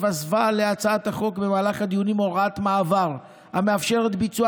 התווספה להצעת החוק במהלך הדיונים הוראת מעבר המאפשרת ביצוע